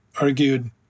argued